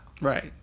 Right